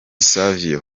savio